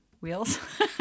wheels